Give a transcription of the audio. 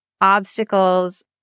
obstacles